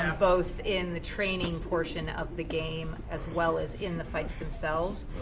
um both in the training portion of the game, as well as in the fights themselves,